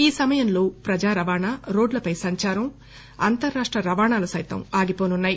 ఈ సమయంలో ప్రజారవాణా రోడ్లపై సంచారం అంతరాష్ణ రవాణాలు సైతం ఆగివోనున్నాయి